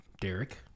Derek